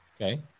Okay